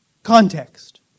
context